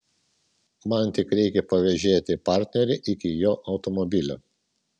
man tik reikia pavėžėti partnerį iki jo automobilio